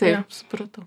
taip supratau